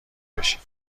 بشید